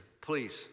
please